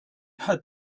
had